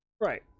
Right